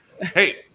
Hey